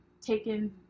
taken